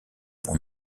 bons